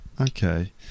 Okay